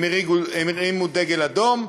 הם הרימו דגל אדום,